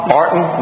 Martin